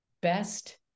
best